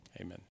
Amen